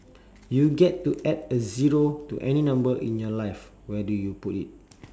you get to add a zero to any number in your life where do you put it